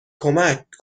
کمک